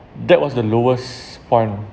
that was the lowest point